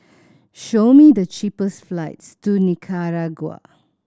show me the cheapest flights to Nicaragua